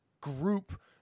group